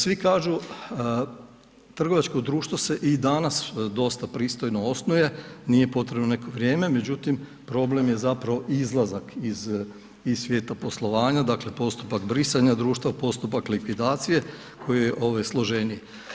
Svi kažu trgovačko društvo se i danas dosta pristojno osnuje, nije potrebno neko vrijeme, međutim, problem je zapravo izlazak iz svijeta poslovanja, dakle, postupak brisanja društva, postupak likvidacije koje je ove složenije.